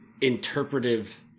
interpretive